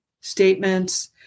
statements